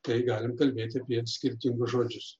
tai galim kalbėti apie skirtingus žodžius